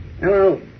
Hello